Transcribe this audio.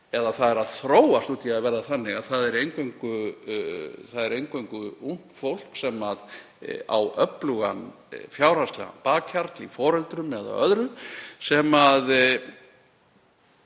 eða er að þróast út í að verða þannig, að það er eingöngu ungt fólk sem á öflugan fjárhagslegan bakhjarl í foreldrum eða öðru sem